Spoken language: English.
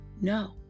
No